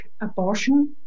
abortion